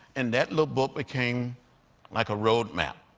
and that little book became like a road map.